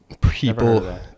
people